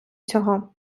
цього